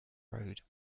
road